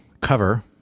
cover